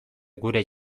gure